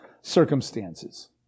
circumstances